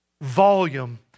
volume